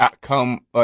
come